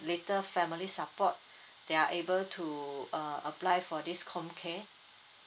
little family support they are able to uh apply for this comcare